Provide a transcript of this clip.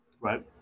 Right